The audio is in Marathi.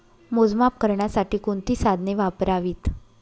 मोजमाप करण्यासाठी कोणती साधने वापरावीत?